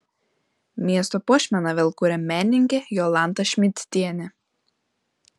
miesto puošmeną vėl kuria menininkė jolanta šmidtienė